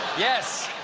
yes!